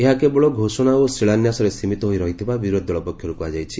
ଏହାକେବଳ ଘୋଷଣା ଓ ଶିଳାନ୍ୟାସରେ ସୀମିତ ହୋଇ ରହିଥିବା ବିରୋଧୀଦଳ ପକ୍ଷରୁ କୁହାଯାଇଛି